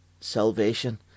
salvation